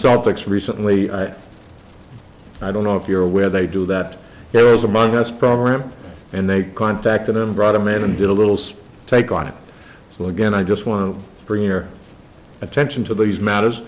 celtics recently i don't know if you're aware they do that there was among us program and they contacted him brought a maid and did a little speech take on it so again i just want to bring your attention to these matters